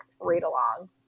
read-along